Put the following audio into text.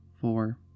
four